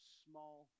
small